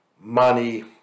money